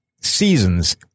seasons